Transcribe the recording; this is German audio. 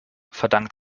verdankt